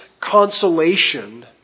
consolation